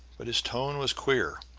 but his tone was queer